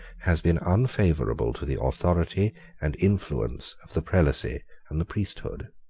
has been unfavourable to the authority and influence of the prelacy and the priesthood.